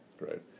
Right